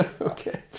Okay